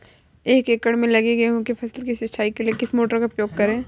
एक एकड़ में लगी गेहूँ की फसल की सिंचाई के लिए किस मोटर का उपयोग करें?